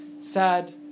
sad